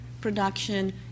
production